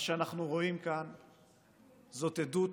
מה שאנחנו רואים כאן זאת עדות